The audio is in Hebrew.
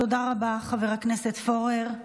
תודה רבה, חבר הכנסת פורר.